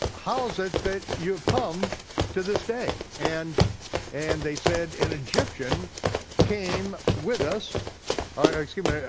how is it that you've come to this day? and and they said an egyptian came with us, or excuse me,